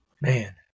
man